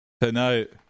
Tonight